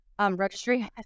registry